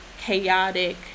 chaotic